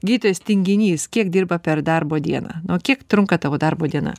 gydytojas tinginys kiek dirba per darbo dieną nu va kiek trunka tavo darbo diena